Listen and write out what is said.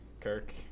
Kirk